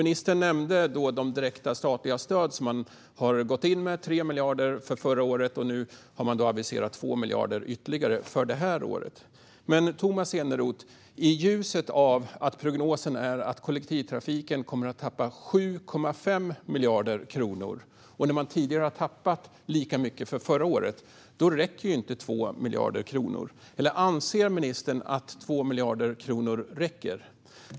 Ministern nämnde de direkta statliga stöd som regeringen har gått in med. Det gäller 3 miljarder förra året, och nu har man för i år aviserat ytterligare 2 miljarder. Men, Tomas Eneroth, i ljuset av att prognosen är att kollektivtrafiken kommer att tappa 7,5 miljarder kronor och då man tidigare har tappat lika mycket förra året räcker inte 2 miljarder kronor. Eller anser ministern att 2 miljarder kronor räcker?